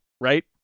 right